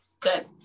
good